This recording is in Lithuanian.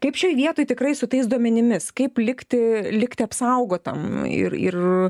kaip šioj vietoj tikrai su tais duomenimis kaip likti likti apsaugotam ir ir